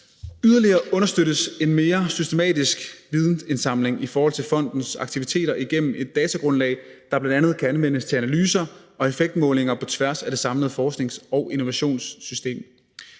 Yderligere understøttes en mere systematisk vidensindsamling i forhold til fondens aktiviteter igennem et datagrundlag, der bl.a. kan anvendes til analyser og effektmålinger på tværs af det samlede forsknings- og innovationssystem.